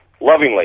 lovingly